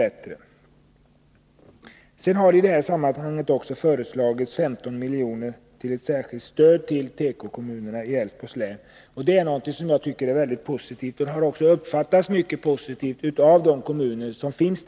I detta sammanhang har också föreslagits att tekokommunerna i Älvsborgs län skall få 15 milj.kr. som ett särskilt stöd. Det tycker jag är positivt, och det har också uppfattats som mycket positivt i de berörda kommunerna.